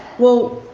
well,